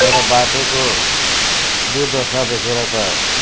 तर बाटोको दुर्दशा देखेर त